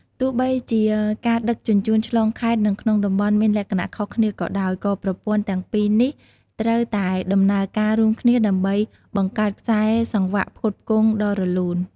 ទោះបីជាការដឹកជញ្ជូនឆ្លងខេត្តនិងក្នុងតំបន់មានលក្ខណៈខុសគ្នាក៏ដោយ ក៏ប្រព័ន្ធទាំងពីរនេះត្រូវតែដំណើរការរួមគ្នាដើម្បីបង្កើតខ្សែសង្វាក់ផ្គត់ផ្គង់ដ៏រលូន។